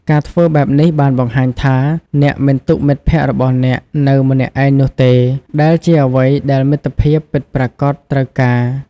ការធ្វើបែបនេះបានបង្ហាញថា អ្នកមិនទុកមិត្តភក្តិរបស់អ្នកនៅម្នាក់ឯងនោះទេ ដែលជាអ្វីដែលមិត្តភាពពិតប្រាកដត្រូវការ។